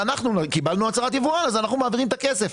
ואנחנו קיבלנו הצהרת יבואן אז אנחנו מעבירים את הכסף.